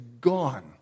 gone